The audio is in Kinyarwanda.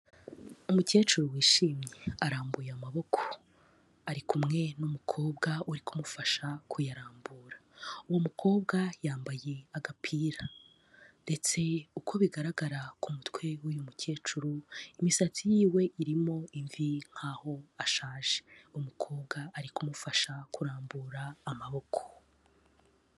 Umukecuru wishimye arambuye amaboko ari kumwe n'umukobwa uri kumufasha kuyarambura, uwo mukobwa yambaye agapira ndetse uko bigaragara ku mutwe w'uy'umukecuru imisatsi yiwe irimo imvi nkaho ashaje, umukobwa ari kumufasha kurambura amaboko.